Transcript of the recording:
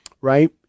right